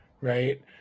right